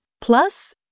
Plus